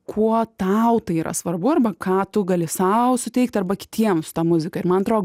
kuo tau tai yra svarbu arba ką tu gali sau suteikt arba kitiem su ta muzika ir man atrodo